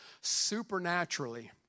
Supernaturally